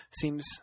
seems